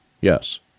Yes